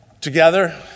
Together